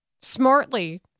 smartly